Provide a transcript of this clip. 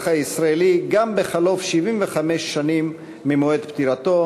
הישראלי גם בחלוף 75 שנים ממועד פטירתו,